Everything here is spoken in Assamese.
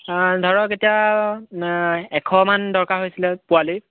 ধৰক এতিয়া এশমান দৰকাৰ হৈছিলে পোৱালি